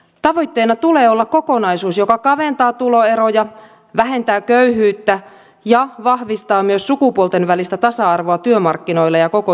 tavoitteena tulee olla kokonaisuus joka kaventaa tuloeroja vähentää köyhyyttä ja vahvistaa myös sukupuolten välistä tasa arvoa työmarkkinoilla ja koko yhteiskunnassa